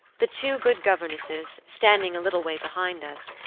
the two good governesses, standing a little way behind us,